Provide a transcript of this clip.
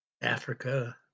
Africa